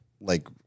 like-